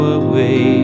away